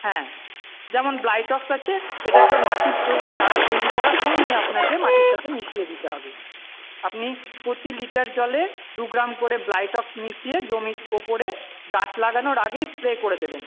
হ্যাঁ যেমন ব্লিটক্স আছে এটাকে মাটির চারা তৈরি করার সময়ই আপনাকে মাটির সাথে মিশিয়ে দিতে হবে আপনি প্রতি লিটার জলে দু গ্রাম করে ব্লিটক্স মিশিয়ে জমির উপরে গাছ লাগানোর আগেই স্প্রে করে দেবেন